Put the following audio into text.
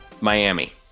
Miami